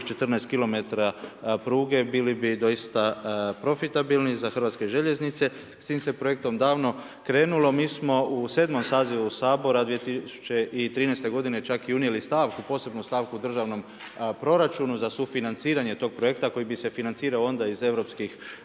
14 km pruge bili bi doista profitabilni za Hrvatske željeznice. S tim se projektom davno krenulo. Mi smo u 7. sazivu Sabora 2013. godine čak unijeli i stavku, posebnu stavku u državnom proračunu za sufinanciranje tog projekta koji bi se financirao onda iz EU